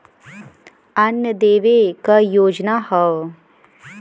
अन्न देवे क योजना हव